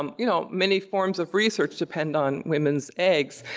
um you know many forms of research depend on women's eggs,